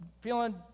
feeling